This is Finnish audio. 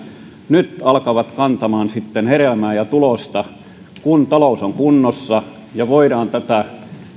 nyt sitten alkavat kantamaan hedelmää ja tulosta kun talous on kunnossa ja voidaan tätä